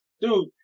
dude